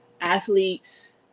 Athletes